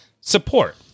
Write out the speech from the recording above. support